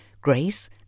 Grace